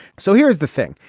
so here's the thing.